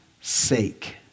sake